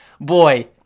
boy